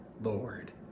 Lord